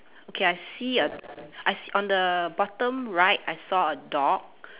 okay I see a I see on the bottom right I saw a dog